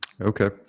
Okay